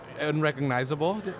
unrecognizable